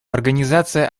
организация